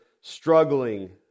struggling